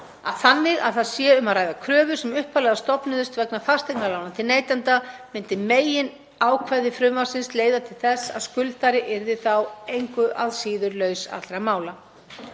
kröfuhafa. Sé um að ræða kröfur sem upphaflega stofnuðust vegna fasteignalána til neytenda myndi meginákvæði frumvarpsins leiða til þess að skuldari yrði þá engu að síður laus allra mála.